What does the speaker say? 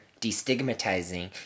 destigmatizing